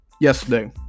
yesterday